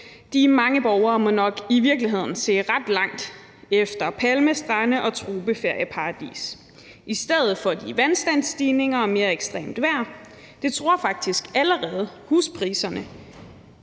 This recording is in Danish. de mange borgere må nok i virkeligheden se ret langt efter palmestrande og tropeferieparadis og vil i stedet for se vandstandsstigninger og mere ekstremt vejr, som faktisk allerede truer huspriserne,